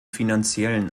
finanziellen